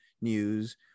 news